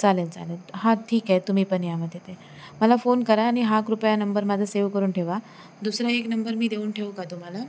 चालेल चालेल हां ठीक आहे तुम्ही पण या मग तेथे मला फोन करा आणि हा कृपया नंबर माझा सेव करून ठेवा दुसरा एक नंबर मी देऊन ठेवू का तुम्हाला